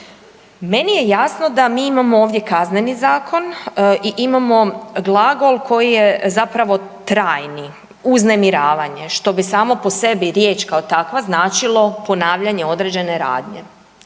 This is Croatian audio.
meni je jasno da mi imamo ovdje Kazneni zakon i imamo glagol koji je zapravo trajni „uznemiravanje“, što bi samo po sebi riječ kao takva značilo ponavljanje određene radnje.